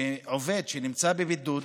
שעובד שנמצא בבידוד,